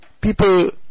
People